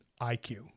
IQ